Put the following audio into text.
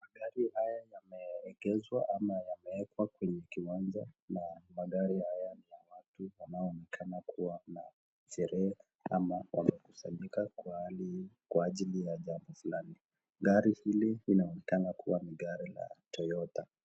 Magari haya yameegeshwa ama yamewekwa kwenye kiwanja na magari haya yanaonekana kuwa na sherehe ama yamekusanyika kwa ajili ya shughuli fulani. Gari hili linaonekana kuwa ni gari ya Toyota.